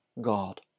God